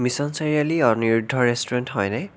mission চাৰিআলিৰ Aniruddha restaurant হয়নে